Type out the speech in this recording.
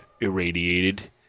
irradiated